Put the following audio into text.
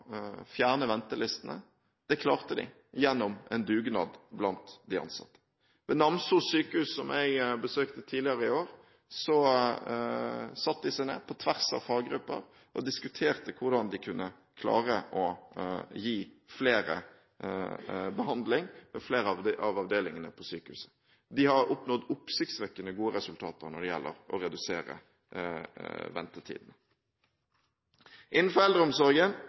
fjerne ventelistene. Det klarte de gjennom en dugnad blant de ansatte. Ved Namsos sykehus, som jeg besøkte tidligere i år, satte de seg ned på tvers av faggrupper og diskuterte hvordan de kunne klare å gi flere behandling ved flere av avdelingene på sykehuset. De har oppnådd oppsiktsvekkende gode resultater når det gjelder å redusere ventetiden. Innenfor eldreomsorgen